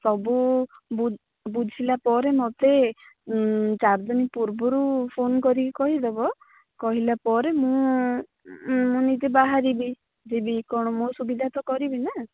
ସବୁ ବୁ ବୁଝିଲା ପରେ ମୋତେ ଚାରି ଦିନ ପୂର୍ବରୁ ଫୋନ କରିକି କହିଦେବ କହିଲା ପରେ ମୁଁ ମୁଁ ନିଜେ ବାହାରିବି ଯିବି କ'ଣ ମୋ ସୁବିଧା ତ କରିବିନା